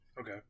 Okay